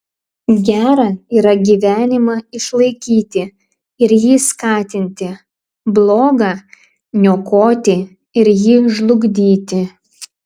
gera yra gyvenimą išlaikyti ir jį skatinti bloga niokoti ir jį žlugdyti